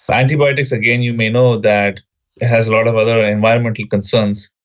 but antibiotics, again, you may know that has a lot of other environmental concerns.